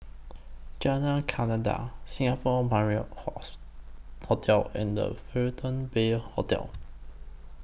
Jalan Kledek Singapore Marriott Hotel and The Fullerton Bay Hotel